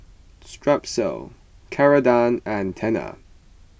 Strepsils Ceradan and Tena